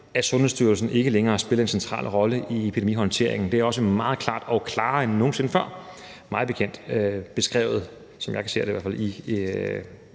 at Sundhedsstyrelsen ikke længere spiller en central rolle i epidemihåndteringen. Det er mig bekendt også meget klart og klarere end nogen sinde før beskrevet, som jeg ser det i hvert fald, i